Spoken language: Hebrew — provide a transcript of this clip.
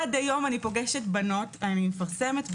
עד היום אני פוגשת בנות, מפרסמת בפייסבוק,